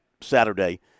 Saturday